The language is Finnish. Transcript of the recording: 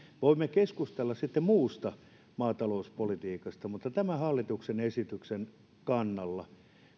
voimme keskustella sitten muusta maatalouspolitiikasta mutta tämän hallituksen esityksen kannalla